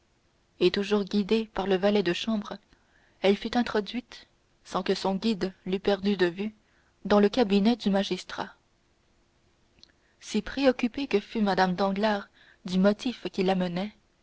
et toujours guidée par le valet de chambre elle fut introduite sans que son guide l'eût perdue de vue dans le cabinet du magistrat si préoccupée que fût mme danglars du motif qui